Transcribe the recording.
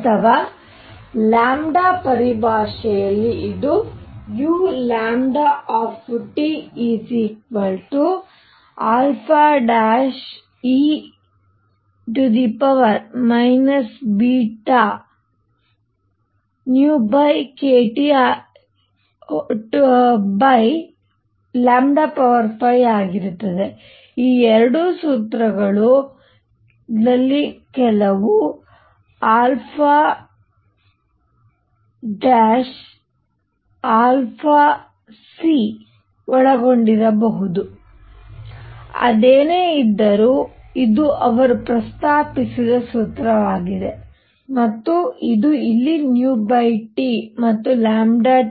ಅಥವಾ ಪರಿಭಾಷೆಯಲ್ಲಿ ಇದು u e βckTλ5ಆಗಿರುತ್ತದೆಈ ಎರಡು ಸೂತ್ರಗಳು ಕೆಲವು c ಒಳಗೊಂಡಿರಬಹುದು ಅದೇನೇ ಇದ್ದರೂ ಇದು ಅವರು ಪ್ರಸ್ತಾಪಿಸಿದ ಸೂತ್ರವಾಗಿದೆ ಮತ್ತು ಇದು ಇಲ್ಲಿT ಮತ್ತು